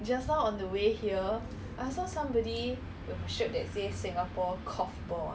just the words ah no pictures nothing